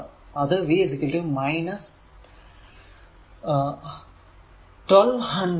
അത് v 1200 pi sin 100πt ആണ്